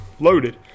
Loaded